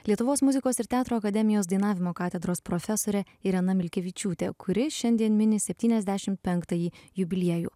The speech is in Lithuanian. lietuvos muzikos ir teatro akademijos dainavimo katedros profesore irena milkevičiūte kuri šiandien mini septyniasdešim penktąjį jubiliejų